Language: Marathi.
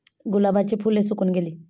गुलाबाची फुले सुकून गेली